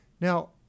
Now